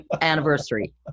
anniversary